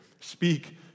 Speak